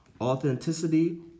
Authenticity